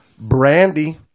Brandy